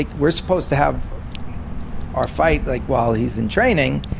like we're supposed to have our fight like while he's in training,